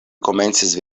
komencis